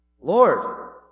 Lord